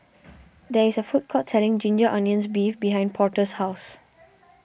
there is a food court selling Ginger Onions Beef behind Porter's house